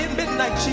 midnight